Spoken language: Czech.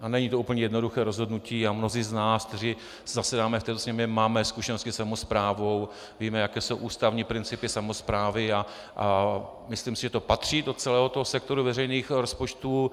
A není to úplně jednoduché rozhodnutí a mnozí z nás, kteří zasedáme v této Sněmovně, máme zkušenosti se samosprávou, víme, jaké jsou ústavní principy samosprávy, a myslím si, že to patří do celého toho sektoru veřejných rozpočtů.